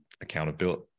accountability